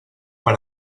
per